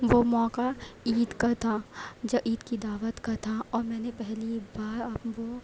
وہ موقع عید کا تھا جا عید کی دعوت کا تھا اور میں نے پہلے بار اب وہ